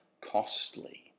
costly